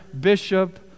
bishop